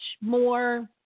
more